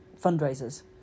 fundraisers